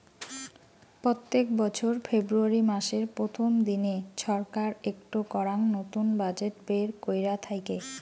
প্রত্যেক বছর ফেব্রুয়ারী মাসের প্রথম দিনে ছরকার একটো করাং নতুন বাজেট বের কইরা থাইকে